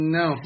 no